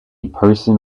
person